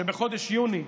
שבחודש יוני,